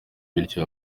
bityo